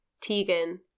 Tegan